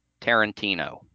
Tarantino